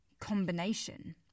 combination